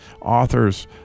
authors